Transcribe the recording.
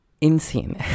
insane